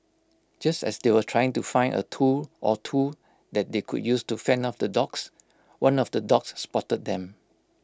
just as they were trying to find A tool or two that they could use to fend off the dogs one of the dogs spotted them